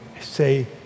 say